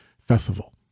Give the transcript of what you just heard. festival